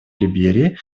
либерии